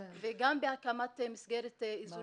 אלה סמכויות שמחוקקות כחוקי עזר